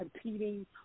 competing